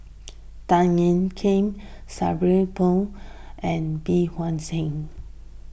Tan Ean Kiam Sabri Buang and Bey Hua Heng